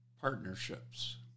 partnerships